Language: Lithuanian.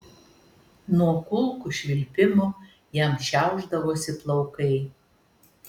nuo kulkų švilpimo jam šiaušdavosi plaukai